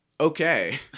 Okay